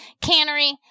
Cannery